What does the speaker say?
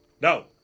no